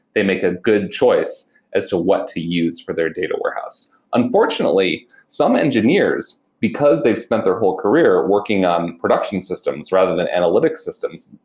they make a good choice as to what to use for their data warehouse. unfortunately, some engineers, because they've spent their whole career working on production systems rather than analytic systems,